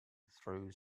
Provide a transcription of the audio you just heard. through